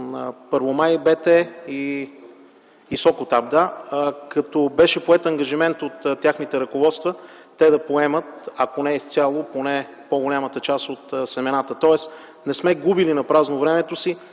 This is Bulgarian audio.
„Първомай БТ” и „Сокотаб”, като беше поет ангажимент от техните ръководства те да поемат ако не изцяло, поне по-голямата част от семената. Тоест не сме губили напразно времето си,